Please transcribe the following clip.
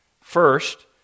First